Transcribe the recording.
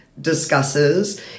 discusses